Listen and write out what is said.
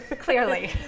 Clearly